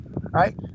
right